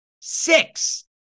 Six